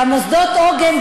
מוסדות העוגן,